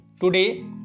Today